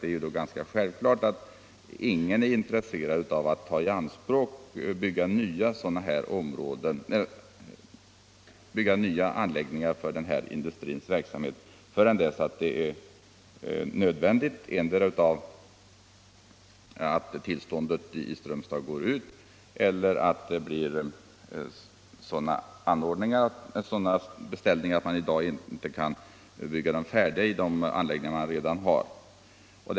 Det är då ganska självklart att ingen är intresserad av att bygga nya anläggningar för sin verksamhet förrän det är nödvändigt, antingen genom att tillståndet i Strömstad går ut eller genom att sådana beställningar inkommer som man inte kan klara av i de nuvarande anläggningarna.